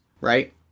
right